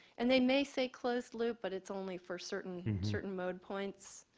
and they may say closed loop, but it's only for certain certain mode points,